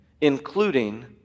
including